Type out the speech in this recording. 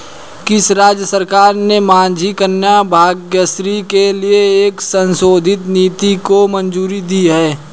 किस राज्य सरकार ने माझी कन्या भाग्यश्री के लिए एक संशोधित नीति को मंजूरी दी है?